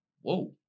whoa